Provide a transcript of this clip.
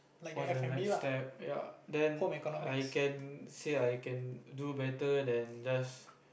what's the next step ya then I can say I can do better than just